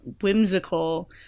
whimsical